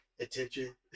Attention